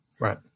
Right